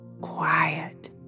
quiet